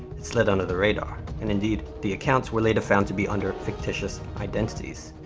it slid under the radar. and, indeed, the accounts were later found to be under fictitious identities.